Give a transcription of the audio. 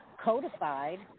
codified